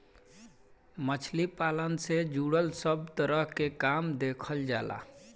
मछली पालन से जुड़ल सब तरह के काम देखल जाला